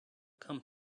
come